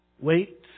Wait